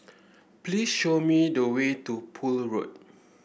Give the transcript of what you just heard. please show me the way to Poole Road